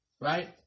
right